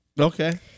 Okay